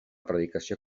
predicació